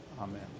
Amen